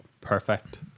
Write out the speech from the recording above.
perfect